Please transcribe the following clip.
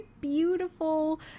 beautiful